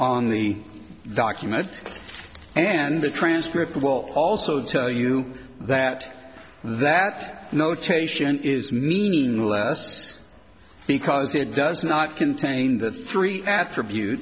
on the document and the transcript well also tell you that that notation is meaningless because it does not contain the three attribute